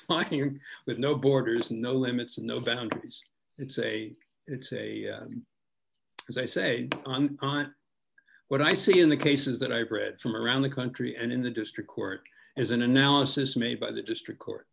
flocking in with no borders no limits no boundaries it's a it's a as i say what i see in the cases that i've read from around the country and in the district court is an analysis made by the district court